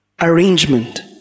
arrangement